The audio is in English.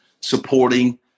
supporting